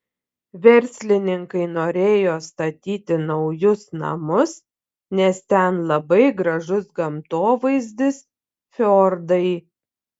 verslininkai norėjo statyti naujus namus nes ten labai gražus gamtovaizdis fjordai